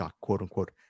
quote-unquote